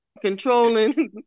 controlling